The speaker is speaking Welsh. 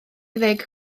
ddeg